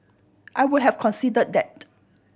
I would have considered that